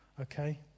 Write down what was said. Okay